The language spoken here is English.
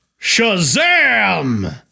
shazam